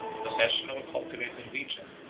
the possession of a cultivated region,